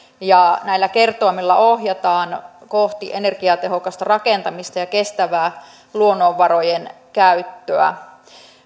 ja näillä kertoimilla ohjataan kohti energiatehokasta rakentamista ja kestävää luonnonvarojen käyttöä